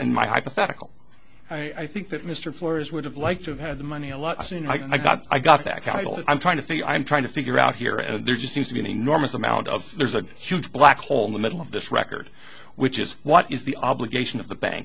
and my hypothetical i think that mr flores would have liked to have had the money a lot sooner i got i got that i'm trying to think i'm trying to figure out here and there just seems to be an enormous amount of there's a huge black hole in the middle of this record which is what is the obligation of the bank